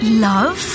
love